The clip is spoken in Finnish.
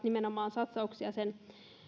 nimenomaan satsauksia sen